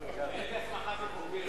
אין לי הסמכה כחוקר.